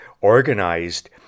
organized